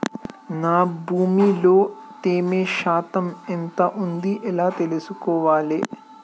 నా భూమి లో తేమ శాతం ఎంత ఉంది ఎలా తెలుసుకోవాలే?